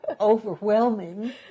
overwhelming